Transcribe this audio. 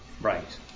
Right